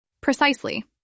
Precisely